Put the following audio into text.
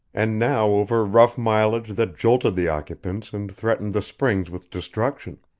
and now over rough mileage that jolted the occupants and threatened the springs with destruction.